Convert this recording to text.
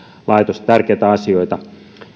laitosta tärkeitä asioita